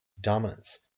dominance